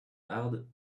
hard